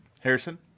Harrison